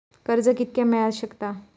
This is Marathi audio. कर्ज कितक्या मेलाक शकता?